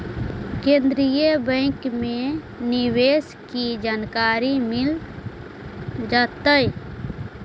केन्द्रीय बैंक में निवेश की जानकारी मिल जतई